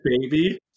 baby